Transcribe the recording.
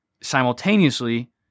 simultaneously